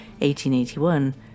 1881